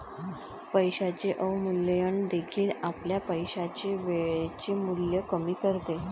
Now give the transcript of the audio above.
पैशाचे अवमूल्यन देखील आपल्या पैशाचे वेळेचे मूल्य कमी करते